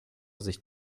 sicht